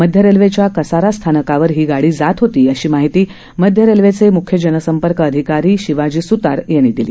मध्यरेल्वेच्या कसारा स्थानकावर ही गाडी जात होती अशी माहिती मध्य रेल्वेचे मुख्य जनसंपर्क अधिकारी शिवाजी सुतार यांनी दिली